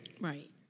Right